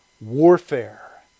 warfare